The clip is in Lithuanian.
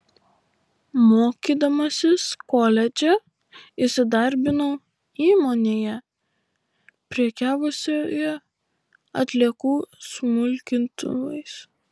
mokydamasis koledže įsidarbinau įmonėje prekiavusioje atliekų smulkintuvais